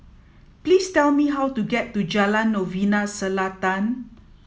please tell me how to get to Jalan Novena Selatan